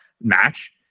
match